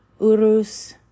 Urus